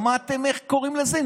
שמעתם איך קוראים לזה?